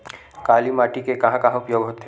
काली माटी के कहां कहा उपयोग होथे?